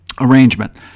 arrangement